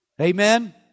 Amen